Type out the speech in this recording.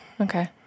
Okay